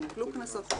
אם הוטלו קנסות.